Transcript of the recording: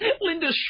Linda